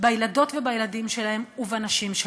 בילדות ובילדים שלהם ובנשים שלהם.